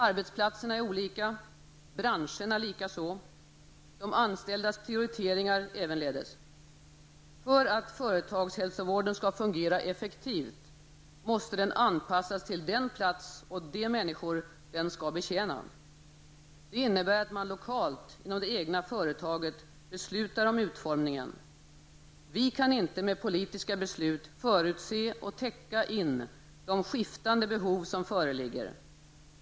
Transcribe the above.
Arbetsplatserna är olika. Branscherna likaså. De anställdas prioriteringar ävenledes. För att företagshälsovården skall fungera effektivt måste den anpassas till den plats och de människor som den skall betjäna. Det innebär att man lokalt inom det egna företaget beslutar om utformningen. Vi kan inte med politiska beslut förutse och täcka in de skiftande behov som föreligger.